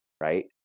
right